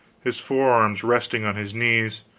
his forearms resting on his knees,